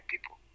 people